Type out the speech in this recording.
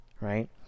right